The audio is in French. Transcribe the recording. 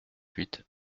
huit